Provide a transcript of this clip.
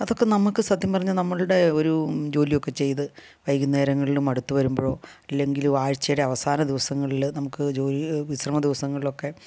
അതൊക്കെ നമ്മൾക്ക് സത്യം പറഞ്ഞാൽ നമ്മളുടെ ഒരു ജോലിയൊക്കെ ചെയ്ത് വൈകുന്നേരങ്ങളിൽ മടുത്ത് വരുമ്പോഴോ അല്ലങ്കിൽ ആഴ്ച്ചയിൽ അവസാന ദിവസങ്ങളിൽ നമുക്ക് ജോലി വിശ്രമ ദിവസങ്ങളിലൊക്കെ